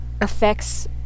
affects